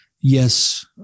Yes